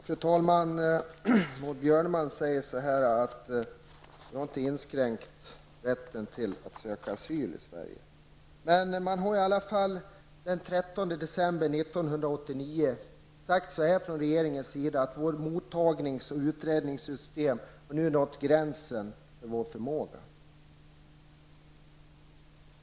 Fru talman! Maud Björnemalm säger att man inte har inskränkt rätten att söka asyl i Sverige. Men den 13 december 1989 sade man från regeringen att vårt mottagnings och utredningssystem hade nått gränsen för vår förmåga.